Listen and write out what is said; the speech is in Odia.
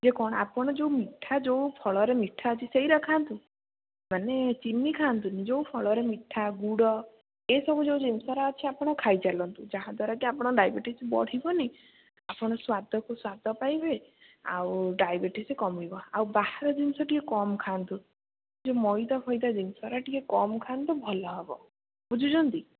ଇଏ କ'ଣ ଆପଣ ଯେଉଁ ମିଠା ଯେଉଁ ଫଳରେ ମିଠା ଅଛି ସେଇଗୁଡ଼ା ଖାଆନ୍ତୁ ମାନେ ଚିନି ଖାଆନ୍ତୁନି ଯେଉଁ ଫଳରେ ମିଠା ଗୁଡ଼ ଏସବୁର ଯେଉଁ ଜିନିଷ ଅଛି ଆପଣ ଖାଇଚାଲନ୍ତୁ ଯାହାଦ୍ଵାରା କି ଆପଣଙ୍କ ଡାଇବେଟିସ୍ ବଢ଼ିବନି ଆପଣ ସ୍ୱାଦକୁ ସ୍ଵାଦ ପାଇବେ ଆଉ ଡାଇବେଟିସ୍ କମିବ ଆଉ ବାହାର ଜିନିଷ ଟିକିଏ କମ୍ ଖାଆନ୍ତୁ ଯୋଉ ମଇଦା ଫଇଦା ଜିନିଷଗୁଡ଼ା ଟିକେ କମ୍ ଖାଆନ୍ତୁ ଭଲ ହେବ ବୁଝୁଛନ୍ତି